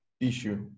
issue